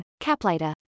caplita